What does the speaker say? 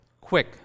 quick